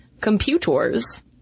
Computers